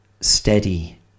steady